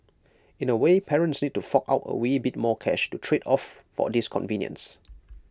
in A way parents need to fork out A wee bit more cash to trade off for this convenience